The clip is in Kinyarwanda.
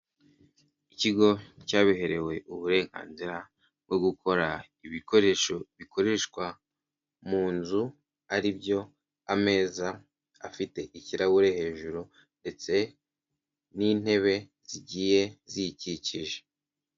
Ikigo cyabiherewe uburenganzira bwo gukora ibikoresho bikoreshwa mu nzu, ari byo ameza afite ikirahure hejuru ndetse n'intebe zigiye ziyikikije.